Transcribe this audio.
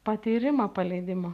patyrimą paleidimo